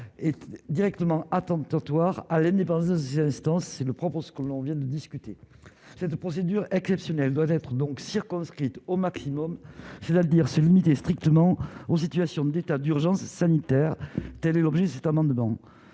et directement attentatoire à l'indépendance j'instance, c'est le propre l'on vient de discuter cette procédure exceptionnelle doivent être donc circonscrite au maximum cela dire c'est limiter strictement aux situations d'état d'urgence sanitaire, telle est l'objet, cet amendement,